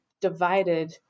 divided